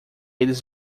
eles